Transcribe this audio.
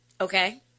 Okay